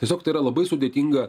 tiesiog tai yra labai sudėtinga